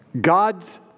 God's